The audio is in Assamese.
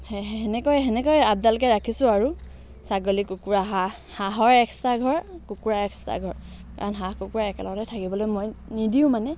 সে সেনেকৈ সেনেকৈ আপডালকৈ ৰাখিছোঁ আৰু ছাগলী কুকুৰা হাঁহ হাঁহৰ এক্সট্ৰা ঘৰ কুকুৰা এক্সট্ৰা ঘৰ কাৰণ হাঁহ কুকুৰা একেলগতে থাকিবলৈ মই নিদিওঁ মানে